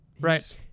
Right